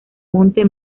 monte